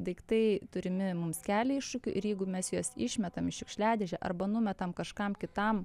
daiktai turimi mums kelia iššūkių ir jeigu mes juos išmetam į šiukšliadėžę arba numetam kažkam kitam